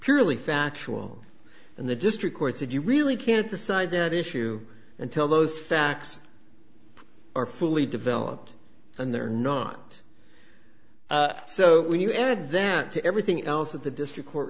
purely factual and the district court said you really can't decide that issue until those facts are fully developed and they're not so when you add that to everything else that the district court